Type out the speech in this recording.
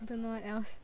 I don't know what else